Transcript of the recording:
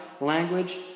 language